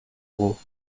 gros